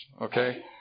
okay